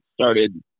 started